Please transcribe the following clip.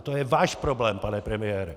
To je váš problém, pane premiére!